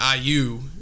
IU